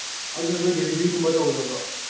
ꯑꯗꯨꯅ ꯅꯣꯏ ꯗꯤꯂꯤꯚ꯭ꯔꯤꯒꯨꯝꯕ ꯇꯧꯗꯕ꯭ꯔꯣ